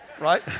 right